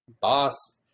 boss